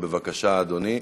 בבקשה, אדוני,